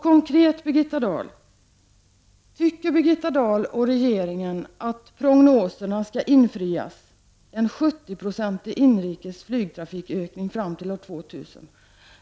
Konkret: tycker Birgitta Dahl och regeringen att prognoserna skall infrias, att vi skall ha en 70-procentig inrikesflygtrafikökning fram till år 2000?